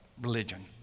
religion